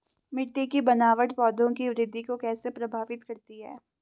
मिट्टी की बनावट पौधों की वृद्धि को कैसे प्रभावित करती है?